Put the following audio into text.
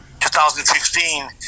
2015